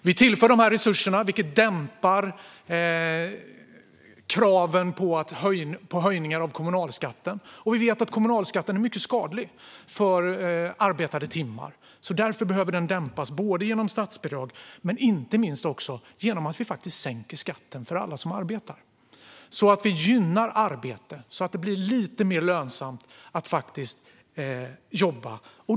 Vi tillför dessa resurser, vilket dämpar kraven på höjningar av kommunalskatten. Vi vet att den är mycket skadlig för arbetade timmar. Därför behöver den dämpas genom statsbidrag och inte minst genom att vi sänker skatten för alla som arbetar så att vi gynnar arbete, så att det blir lite mer lönsamt att jobba.